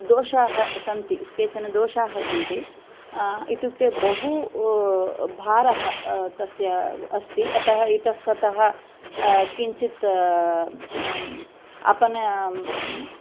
दोषाः सन्ति केचन दोषाः सन्ति इत्युक्ते बहु भारः तस्य अस्ति अतः इतस्ततः किञ्चित् आपण